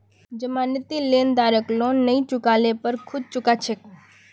जमानती लेनदारक लोन नई चुका ल पर खुद चुका छेक